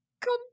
come